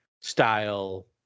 style